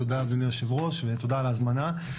תודה אדוני היו"ר ותודה על ההזמנה.